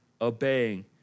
obeying